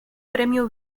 premio